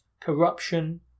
corruption